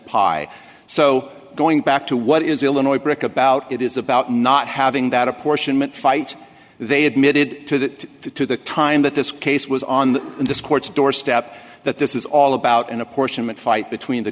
pie so going back to what is illinois brick about it is about not having that apportionment fight they admitted to that to the time that this case was on in this court's doorstep that this is all about and apportionment fight between the